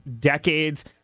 decades